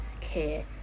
care